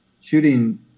shooting